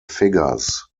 figures